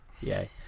yay